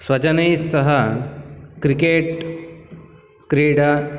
स्वजनैः सह क्रिकेट् क्रीडा